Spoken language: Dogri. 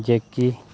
जेह्की